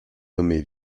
nommée